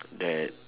that